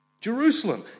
Jerusalem